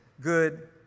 good